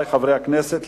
חברי חברי הכנסת,